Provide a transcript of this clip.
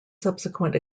subsequent